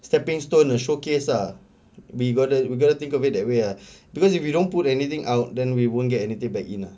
stepping stone or showcase ah we gotta we gotta think of it that way uh because if you don't put anything out then we won't get anything back in